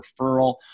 referral